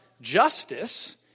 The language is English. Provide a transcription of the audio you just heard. justice